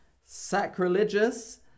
Sacrilegious